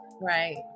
right